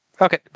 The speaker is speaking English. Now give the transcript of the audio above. okay